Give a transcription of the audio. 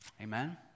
Amen